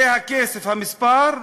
זה הכסף, המספר,